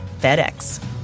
FedEx